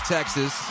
Texas